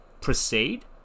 proceed